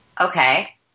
Okay